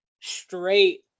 Straight